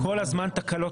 אבל גם אתמול הייתה תקלה,